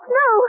no